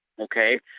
Okay